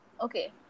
okay